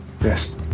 yes